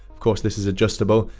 of course, this is adjustable.